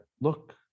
look